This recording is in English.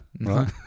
right